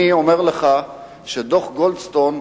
דוח-גולדסטון,